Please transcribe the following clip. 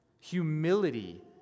Humility